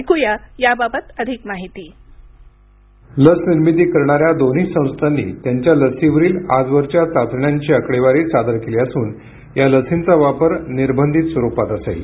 ऐकूया याबाबत अधिक माहिती लसनिर्मिती करणाऱ्या दोन्ही संस्थांनी त्यांच्या लसींवरील आजवरच्या चाचण्यांची आकडेवारी सादर केली असून या लसींचा वापर निर्बंधित स्वरूपात असेल